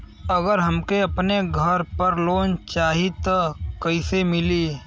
अगर हमके अपने घर पर लोंन चाहीत कईसे मिली?